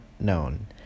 known